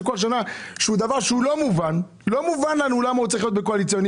כל שנה אנחנו מלווים את המאבק שלהם כשהם עומדים בפני קריסה.